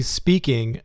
speaking